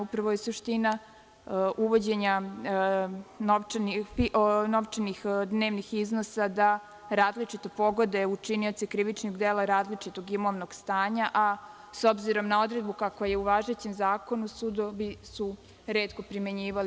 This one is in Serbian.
Upravo je suština uvođenja novčanih dnevnih iznosa da različito pogode učinioce krivičnih dela različitog imovnog stanja, a s obzirom na odredbu kakva je u važećem zakonu, sudovi su retko primenjivali.